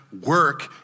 work